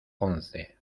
once